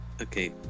Okay